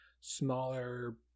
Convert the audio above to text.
smaller